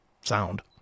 sound